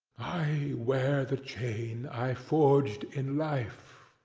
i wear the chain i forged in life,